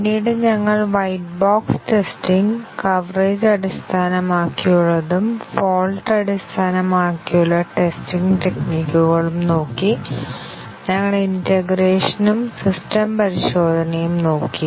പിന്നീട് ഞങ്ങൾ white box testing coverage അടിസ്ഥാനമാക്കിയുള്ളതും ഫോൾട്ട് അടിസ്ഥാനമാക്കിയുള്ള ടെസ്റ്റിംഗ് ടെക്നിക്കുകളും നോക്കി ഞങ്ങൾ ഇന്റേഗ്രേഷനും സിസ്റ്റം പരിശോധനയും നോക്കി